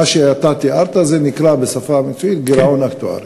מה שאתה תיארת נקרא בשפה המקצועית גירעון אקטוארי.